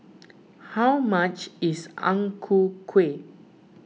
how much is Ang Ku Kueh